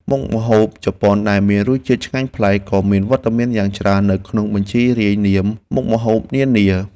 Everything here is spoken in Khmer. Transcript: មុខម្ហូបជប៉ុនដែលមានរសជាតិឆ្ងាញ់ប្លែកក៏មានវត្តមានយ៉ាងច្រើននៅក្នុងបញ្ជីរាយនាមមុខម្ហូបនានា។